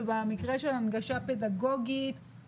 ובמקרה של הנגשה טכנולוגית,